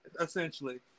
essentially